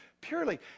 purely